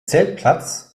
zeltplatz